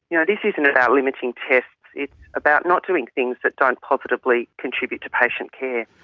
you know this isn't about limiting tests, it's about not doing things that don't positively contribute to patient care.